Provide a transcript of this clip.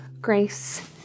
grace